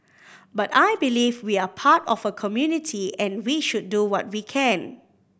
but I believe we are part of a community and we should do what we can